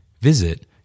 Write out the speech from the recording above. Visit